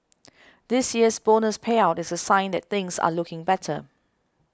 this year's bonus payout is a sign that things are looking better